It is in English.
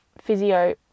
physio